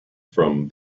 from